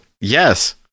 yes